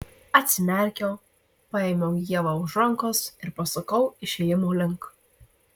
atsimerkiau paėmiau ievą už rankos ir pasukau išėjimo link